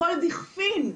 כל דיכפין,